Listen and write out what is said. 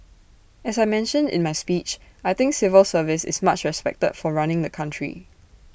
as I mentioned in my speech I think our civil service is much respected for running the country